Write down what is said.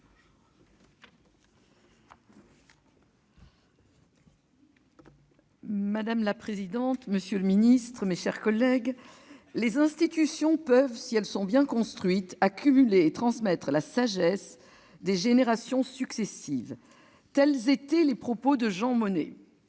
Madame la présidente, monsieur le secrétaire d'État, mes chers collègues, « les institutions peuvent, si elles sont bien construites, accumuler et transmettre la sagesse des générations successives »: tels étaient les propos de Jean Monnet.